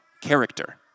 character